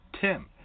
Tim